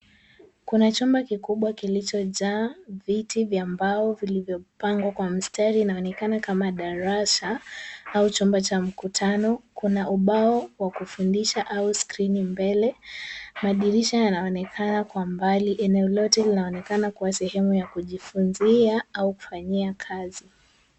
Kuna chumba kikubwa kilichojaa viti vya mbao vilivyopangwa kwa mstari kinaonekana kama darasa au chumba cha mkutano, kuna ubao wa kufundisha au skrini mbele, mandirisha yanaonekana kwa mbali, eneo lote linaonekana kuwa sehemu ya kujifunzia au kufanyia kazi.